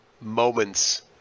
moments